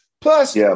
Plus